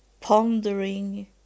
pondering